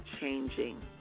Changing